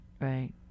right